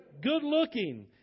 Good-looking